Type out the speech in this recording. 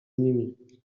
nimi